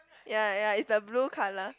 ya ya it's the blue colour